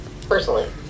personally